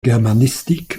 germanistik